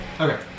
Okay